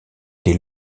des